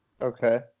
Okay